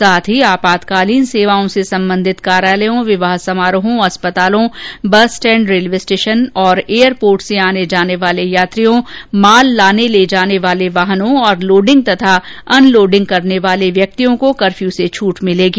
साथ ही आपातकालीन सेवाओं से संबंधित कार्योलयों विवाह समारोहों अस्पतालों बस स्टैण्ड रेलवे स्टेशन और एयरपोर्ट से आने जाने वाले यात्रियों माल लाने ले जाने वाले वाहनों तथा लोडिंग और अनलोडिंग करने वाले व्यक्तियों को कर्फ्यू से छूट मिलेगी